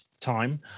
time